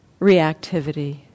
reactivity